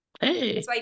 Hey